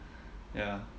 ya